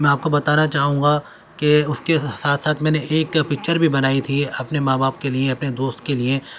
میں آپ کو بتانا چاہوں گا کہ اس کے ساتھ ساتھ میں نے ایک پکچر بھی بنائی تھی اپنے ماں باپ کے لیے اپنے دوست کے لیے